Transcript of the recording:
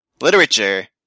Literature